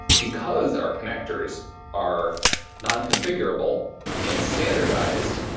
because our connectors are non-configurable and standardized,